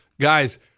Guys